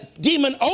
demon